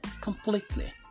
completely